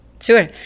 sure